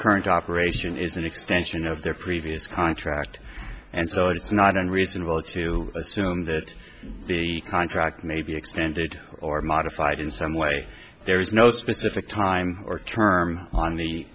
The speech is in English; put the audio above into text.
current operation is an extension of their previous contract and so it's not unreasonable to assume that the contract may be extended or modified in some way there is no specific time or term on the